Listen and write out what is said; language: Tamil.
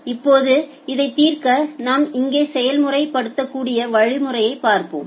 இப்போது இதைத் தீர்க்க நாம் இங்கே செயல்முறைப் படுத்தக்கூடிய வழிமுறையைப் பார்ப்போம்